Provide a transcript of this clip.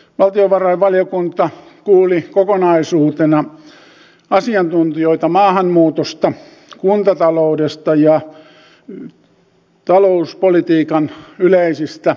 valtiovarainvaliokunta kuuli kokonaisuutena asiantuntijoita maahanmuutosta kuntataloudesta ja talouspolitiikan yleisistä näkymistä